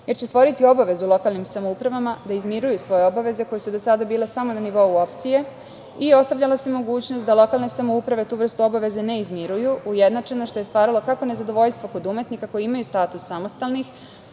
jer će stvoriti obavezu lokalnim samoupravama da izmiruju svoje obaveze koje su do sada bile samo na nivou opcije i ostavljala se mogućnost da lokalne samouprave tu vrstu obaveze ne izmiruju ujednačeno, što je stvaralo kako nezadovoljstvo kod umetnika koji imaju status samostalnih,